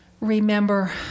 remember